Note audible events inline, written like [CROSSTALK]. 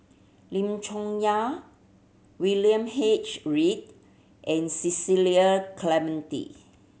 Lim Chong Yah William H Read and [UNINTELLIGIBLE] Clementi